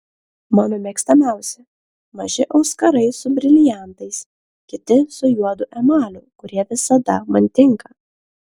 mano mėgstamiausi maži auskarai su briliantais kiti su juodu emaliu kurie visada man tinka